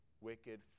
wicked